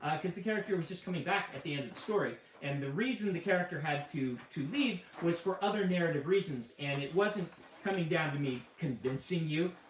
um because the character was just coming back at the end of the story. and the reason the character had to to leave was for other narrative reasons, and it wasn't coming down to me convincing you.